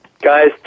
Guys